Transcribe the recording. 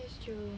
that's true